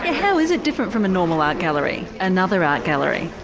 how is it different from a normal art gallery, another art gallery?